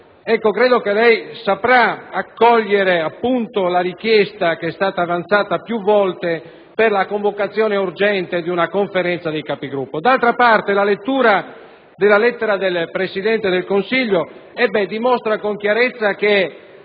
pubblica lei saprà accogliere la richiesta avanzata più volte di una convocazione urgente della Conferenza dei Capigruppo. D'altra parte, la lettura della lettera del Presidente del Consiglio dimostra con chiarezza che